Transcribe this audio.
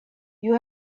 you